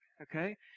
Okay